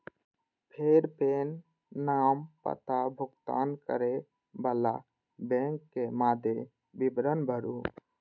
फेर पेन, नाम, पता, भुगतान करै बला बैंकक मादे विवरण भरू